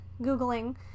googling